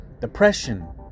Depression